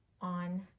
on